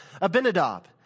Abinadab